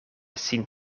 sin